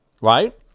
right